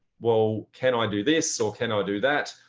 well, can i do this? or can i do that?